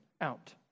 out